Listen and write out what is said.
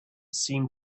seemed